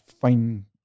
fine